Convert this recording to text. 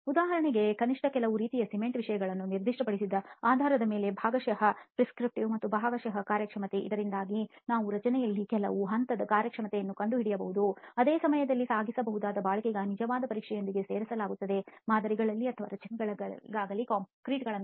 ಉದಾಹರಣೆಗೆ ಕನಿಷ್ಠ ಕೆಲವು ರೀತಿಯ ಸಿಮೆಂಟ್ ವಿಷಯಗಳನ್ನು ನಿರ್ದಿಷ್ಟಪಡಿಸಿದ ಆಧಾರದ ಮೇಲೆ ಭಾಗಶಃ ಪ್ರಿಸ್ಕ್ರಿಪ್ಟಿವ್ ಮತ್ತು ಭಾಗಶಃ ಕಾರ್ಯಕ್ಷಮತೆ ಇದರಿಂದಾಗಿ ನಾವು ರಚನೆಯಲ್ಲಿ ಕೆಲವು ಹಂತದ ಕಾರ್ಯಕ್ಷಮತೆಯನ್ನು ಕಂಡುಹಿಡಿಯಬಹುದು ಅದೇ ಸಮಯದಲ್ಲಿ ಸಾಗಿಸಬೇಕಾದ ಬಾಳಿಕೆಗಾಗಿ ನಿಜವಾದ ಪರೀಕ್ಷೆಗಳೊಂದಿಗೆ ಸೇರಿಸಲಾಗುತ್ತದೆ ಮಾದರಿಗಳಲ್ಲಿ ಅಥವಾ ರಚನೆಗಳಲ್ಲಿ ಕಾಂಕ್ರೀಟ್ ಮೇಲೆ